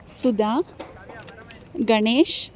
Sudha Ganesh